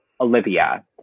Olivia